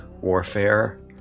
warfare